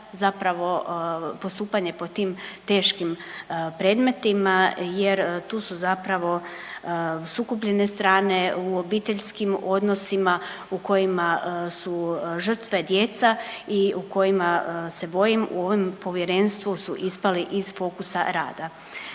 zapravo postupanje po tim teškim predmetima jer tu su zapravo sukobljene strane u obiteljskim odnosima u kojima su žrtve djeca i u kojima se bojim u ovom povjerenstvu su ispali iz fokusa rada.